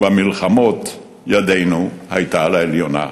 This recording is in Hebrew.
ובמלחמות הייתה ידנו על העליונה.